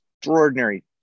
extraordinary